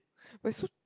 why so